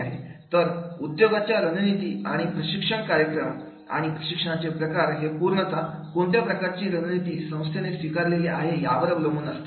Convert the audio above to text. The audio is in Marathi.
तर उद्योगाच्या रणनीती आणि प्रशिक्षण कार्यक्रम आणि प्रशिक्षणाचे प्रकार हे पूर्णता कोणत्या प्रकारची रणनीती संस्थेने स्वीकारलेली आहे यावर अवलंबून असतात